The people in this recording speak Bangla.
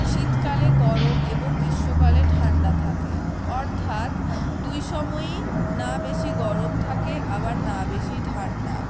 শীতকালে গরম এবং গ্রীষ্মকালে ঠান্ডা থাকে অর্থাৎ দুই সময়ই না বেশি গরম থাকে আবার না বেশি ঠান্ডা